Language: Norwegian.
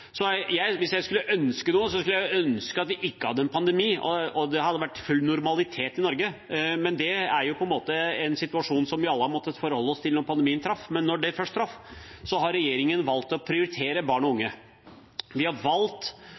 er med på å prege en hel generasjon. Hvis jeg skulle ønske noe, skulle det være at vi ikke hadde en pandemi, og at det hadde vært full normalitet i Norge, men det er jo en situasjon som vi alle har måttet forholde oss til siden pandemien traff. Men da den først traff, har regjeringen valgt å prioritere barn og unge. Vi har valgt